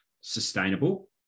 sustainable